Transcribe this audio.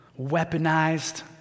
weaponized